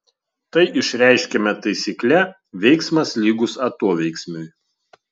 tai išreiškiama taisykle veiksmas lygus atoveiksmiui